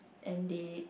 and they